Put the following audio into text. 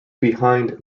behind